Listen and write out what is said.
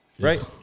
right